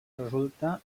resulta